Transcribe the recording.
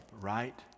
right